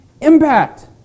impact